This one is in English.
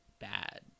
bad